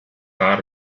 gar